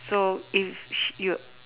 so is she you